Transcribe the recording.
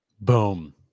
Boom